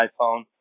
iPhone